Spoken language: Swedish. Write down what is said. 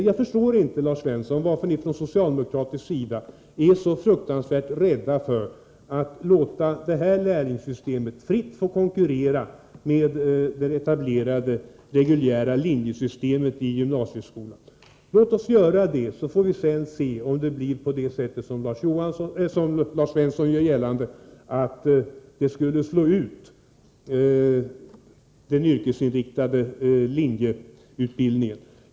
Jag förstår inte, Lars Svensson, varför ni socialdemokrater är så fruktansvärt rädda för att låta det här lärlingssystemet fritt få konkurrera med det etablerade reguljära linjesystemet i gymnasieskolan. Låt oss tillåta denna konkurrens, så får vi sedan se om det blir på det sättet som Lars Svensson gör gällande, nämligen att lärlingssystemet skulle slå ut den yrkesinriktade linjeutbildningen.